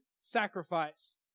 sacrifice